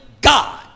God